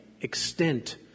extent